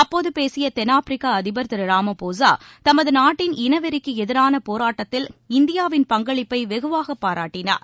அப்போது பேசிய தென்னாப்பிரிக்க அதிபர் திரு ராமபோசா தமது நாட்டின் இனவெறிக்கு எதிரான போராட்டத்தில் இந்தியாவின் பங்களிப்பை வெகுவாகப் பாராட்டினார்